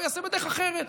הוא ייעשה בדרך אחרת.